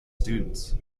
students